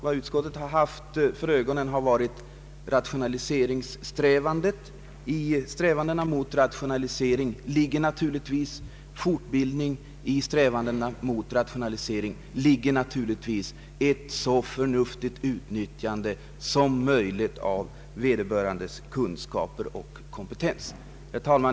Vad utskottet har haft för ögonen är rationaliseringssträvandena, och däri ligger naturligtvis kravet på fortbildning och ett så förnuftigt utnyttjande som möjligt av personalens kunskaper och kompetens.